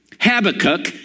Habakkuk